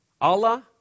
Allah